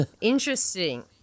interesting